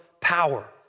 power